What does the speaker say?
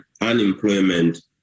unemployment